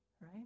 right